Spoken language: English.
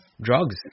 Drugs